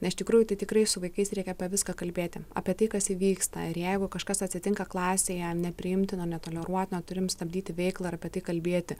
nes iš tikrųjų tai tikrai su vaikais reikia apie viską kalbėti apie tai kas įvyksta ir jeigu kažkas atsitinka klasėje nepriimtino netoleruotino turim stabdyti veiklą ir apie tai kalbėti